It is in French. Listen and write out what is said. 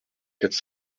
quatre